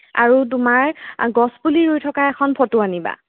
আৰু তোমাৰ গছ পুলি ৰুই থকা এখন ফটো আনিবা